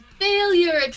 failure